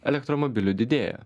elektromobilių didėja